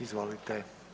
Izvolite.